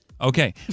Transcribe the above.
Okay